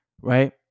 Right